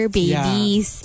babies